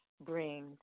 bring